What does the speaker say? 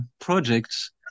projects